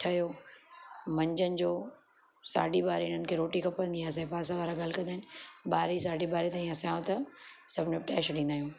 ठहियो मंझंदि जो साढी ॿारहें हुननि खे रोटी खपंदी आहे असांजे पासे वारा ॻाल्हि कंदा आहिनि ॿारहें साढी ॿारहें ताईं असां सभु निपटाए छॾींदा आहियूं